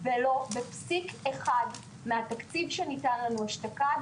ולו בפסיק אחד מהתקציב שניתן לנו אשתקד.